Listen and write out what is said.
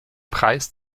preis